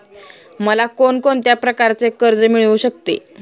मला कोण कोणत्या प्रकारचे कर्ज मिळू शकते?